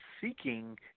seeking